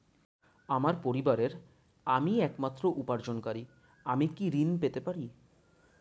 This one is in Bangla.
আমার পরিবারের আমি একমাত্র উপার্জনকারী আমি কি ঋণ পেতে পারি?